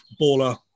baller